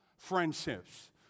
friendships